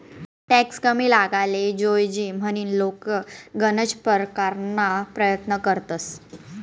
tax कमी लागाले जोयजे म्हनीन लोके गनज परकारना परयत्न करतंस